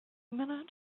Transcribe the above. minute